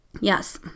yes